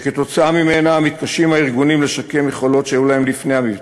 שבגללה מתקשים הארגונים לשקם יכולות שהיו להם לפני המבצע.